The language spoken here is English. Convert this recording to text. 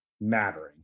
mattering